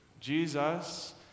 Jesus